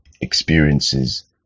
experiences